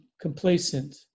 complacent